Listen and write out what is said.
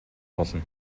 болно